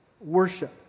worship